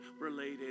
related